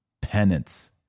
Penance